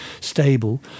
stable